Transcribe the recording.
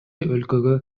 өлкөгө